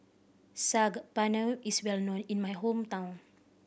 Saag Paneer is well known in my hometown